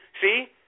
See